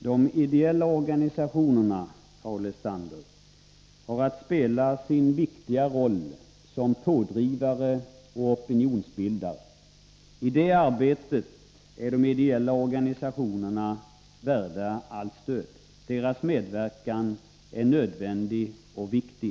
Herr talman! De ideella organisationerna, Paul Lestander, har att spela sin viktiga roll som pådrivare och opinionsbildare. I det arbetet är de ideella organisationerna värda allt stöd. Deras medverkan är nödvändig och viktig.